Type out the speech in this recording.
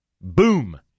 Boom